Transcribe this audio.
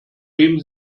wem